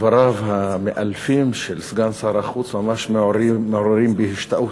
דבריו המאלפים של סגן שר החוץ ממש מעוררים בי השתאות.